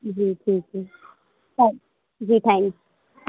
جی ٹھیک ہے جی تھینک